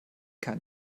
kein